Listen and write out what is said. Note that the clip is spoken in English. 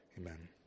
amen